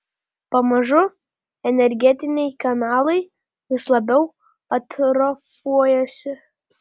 pamažu energetiniai kanalai vis labiau atrofuojasi